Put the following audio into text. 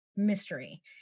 mystery